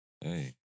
Hey